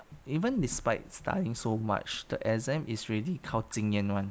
even despite studying so much the exam is really 靠经验 [one]